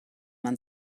man